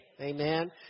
Amen